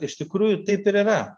iš tikrųjų taip ir yra